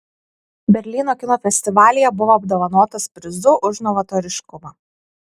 berlyno kino festivalyje buvo apdovanotas prizu už novatoriškumą